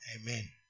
Amen